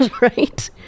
right